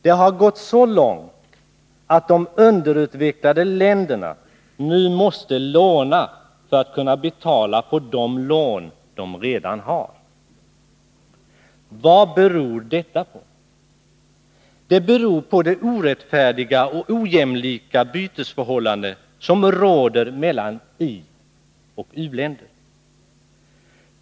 Det har gått så långt att de underutvecklade länderna nu måste låna för att kunna betala på de lån de redan har. Vad beror detta på? Det beror på det orättfärdiga och ojämlika bytesförhållande som råder mellan i-länder och u-länder.